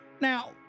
Now